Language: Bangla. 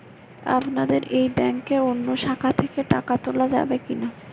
আপনাদের এই ব্যাংকের অন্য শাখা থেকে টাকা তোলা যাবে কি না?